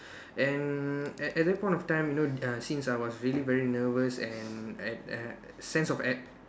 and at at that point of time you know uh since I was really very nervous and at uh sense of air